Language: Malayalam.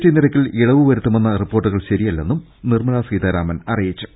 ടി നിരക്കിൽ ഇളവ് വരുത്തുമെന്ന റിപ്പോർട്ടുകൾ ശരിയല്ലെന്നും നിർമ്മലാ സീതാരാമൻ അറിയിച്ചു